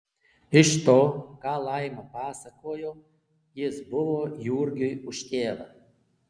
iš to ką laima pasakojo jis buvo jurgiui už tėvą